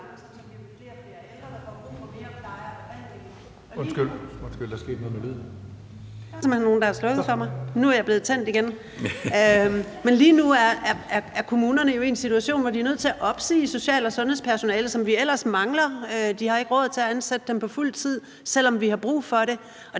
Lige nu er kommunerne jo i en situation, hvor de er nødt til at opsige social- og sundhedspersonale, som vi ellers mangler. De har ikke råd til at ansætte dem på fuld tid, selv om vi har brug for det.